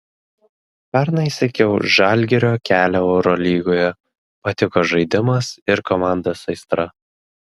pernai sekiau žalgirio kelią eurolygoje patiko žaidimas ir komandos aistra